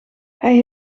hij